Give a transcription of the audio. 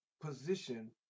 position